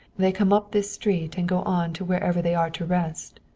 they come up this street and go on to wherever they are to rest.